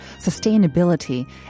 sustainability